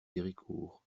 héricourt